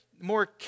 more